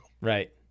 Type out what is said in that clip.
right